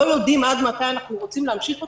יודעים עד מתי אנחנו רוצים להמשיך אותו,